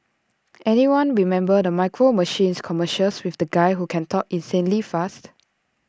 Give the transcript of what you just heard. anyone remember the micro machines commercials with the guy who can talk insanely fast